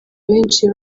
benshi